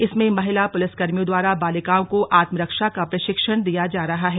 इसमें महिला पुलिसकर्मियों द्वारा बालिकाओं को आत्मरक्षा का प्रशिक्षण दिया जा रहा है